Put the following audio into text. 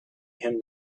him